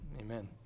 amen